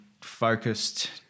focused